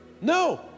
No